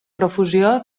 profusió